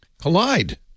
Collide